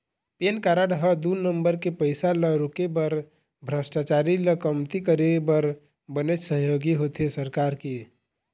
PAN card ह दू number के पइसा ल रोके बर भस्टाचारी ल कमती करे बर बनेच सहयोगी होथे सरकार के